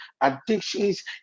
addictions